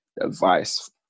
advice